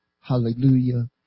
Hallelujah